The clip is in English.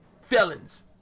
felons